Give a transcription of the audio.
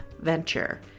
venture